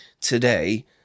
today